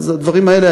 אז הדברים האלה,